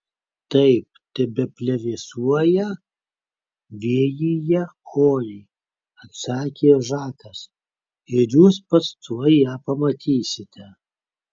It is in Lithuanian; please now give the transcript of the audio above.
taip tebeplevėsuoja vėjyje oriai atsakė žakas ir jūs pats tuoj ją pamatysite